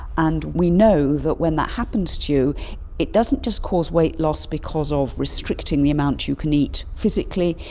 and we know that when that happens to you it doesn't just cause weight loss because of restricting the amount you can eat physically,